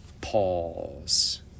pause